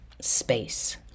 space